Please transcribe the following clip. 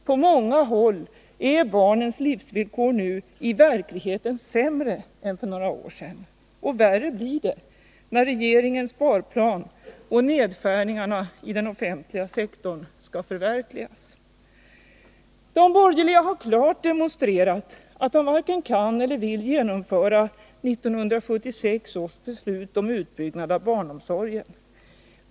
På många håll är barnens livsvillkor nu i verkligheten sämre än för några år sedan. Och värre blir det när regeringens sparplan och nedskärningarna av den offentliga sektorn skall förverkligas. De borgerliga har klart demonstrerat att de varken kan eller vill genomföra 1976 års beslut om utbyggnad av barnomsorgen.